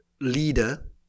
Leader